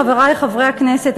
חברי חברי הכנסת,